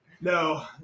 no